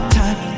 time